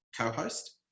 co-host